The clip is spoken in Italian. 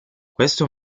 questo